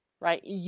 Right